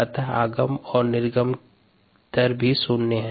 अतः आगम और निर्गम दर भी शून्य हैं